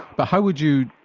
but how would you,